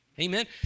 Amen